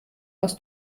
aus